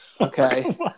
Okay